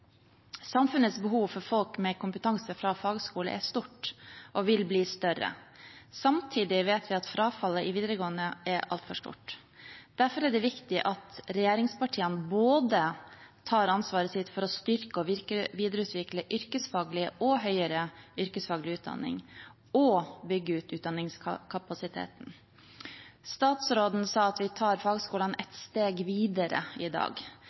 Samfunnets behov for folk med kompetanse fra fagskole er stort og vil bli større. Samtidig vet vi at frafallet i videregående er altfor stort. Derfor er det viktig at regjeringspartiene tar både ansvaret for å styrke og videreutvikle yrkesfaglig og høyere yrkesfaglig utdanning og for å bygge ut utdanningskapasiteten. Statsråden sa at vi tar fagskolene et steg videre i dag.